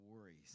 worries